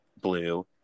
blue